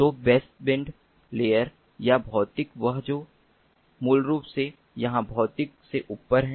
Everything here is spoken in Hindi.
तो बेसबैंड लेयर या भौतिक वह जो मूल रूप से यहां भौतिक से ऊपर है